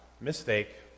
Mistake